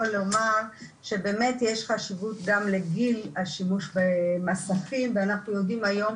לומר שבאמת יש חשיבות גם לגיל השימוש במסכים ואנחנו יודעים היום